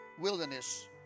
wilderness